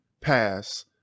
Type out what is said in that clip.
pass